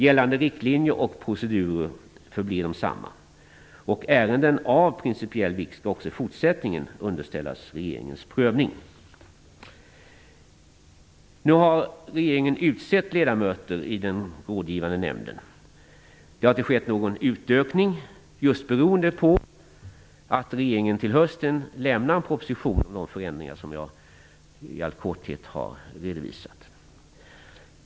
Gällande riktlinjer och procedurer förblir desamma. Ärenden av principiell vikt skall också i fortsättningen underställas regeringens prövning. Nu har regeringen utsett ledamöter i den rådgivande nämnden. Det har inte skett någon utökning, just beroende på att regeringen till hösten lämnar en proposition om de förändringar som jag i all korthet har redovisat.